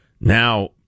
Now